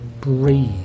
breathe